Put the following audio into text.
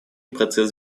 процесс